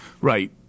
Right